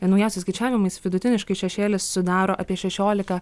naujasiais skaičiavimais vidutiniškai šešėlis sudaro apie šešiolika